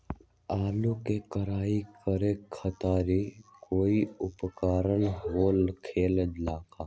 आलू के कोराई करे खातिर कोई उपकरण हो खेला का?